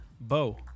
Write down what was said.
Bo